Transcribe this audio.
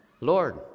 Lord